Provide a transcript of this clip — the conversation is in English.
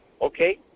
okay